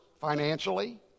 financially